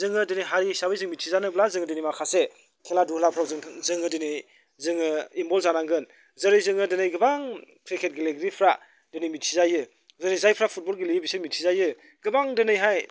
जोङो दिनै हारि हिसाबै जों मिथिजानोब्ला जोङो दिनै माखासे खेला दुलाफ्राव जोङो दिनै जोङो इनभल्भ जानांगोन जेरै जोङो दिनै गोबां क्रिकेट गेलेगिरिफ्रा दिनै मिथिजायो जेरै जायफ्रा फुटबल गेलेयो बिसोर मिथिजायो गोबां दिनैहाय